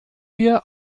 wir